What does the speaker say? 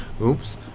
Oops